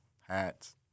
hats